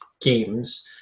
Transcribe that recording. games